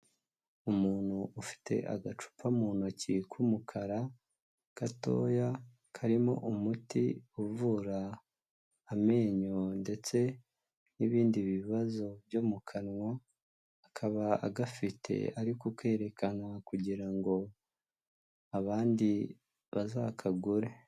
Umuntu ufite agacupa mu ntoki k'umukara gatoya, karimo umuti uvura amenyo ndetse n'ibindi bibazo byo mu kanwa, akaba agafite ari kukerekana kugira ngo abandi bazakagure.